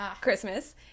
christmas